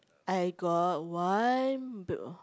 I got one b~